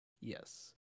Yes